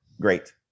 great